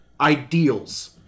Ideals